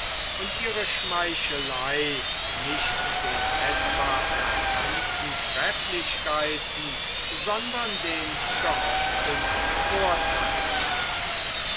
und ihre schmeichelei nicht den etwa erkannten trefflichkeiten sondern den gehofften vortheilen